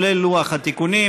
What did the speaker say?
אבל המגמה הגדולה פה היא